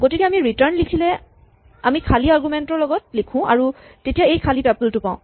গতিকে আমি ৰিটাৰ্ন লিখিলে আমি খালী আৰগুমেন্ট ৰ লগত লিখো আৰু তেতিয়া আমি এই খালী টাপল টো পাওঁ